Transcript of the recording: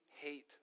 hate